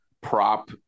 prop